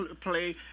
play